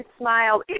smile